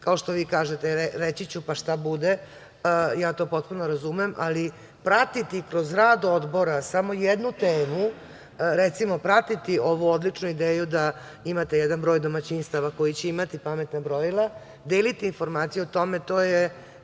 kao što vi kažete – reći ću, pa šta bude, ja to potpuno razumem, ali pratiti kroz rad odbora samo jednu temu, recimo, pratiti ovu odličnu ideju da imate jedan broj domaćinstava koji će imati pametna brojila, deliti informaciju o tome, to je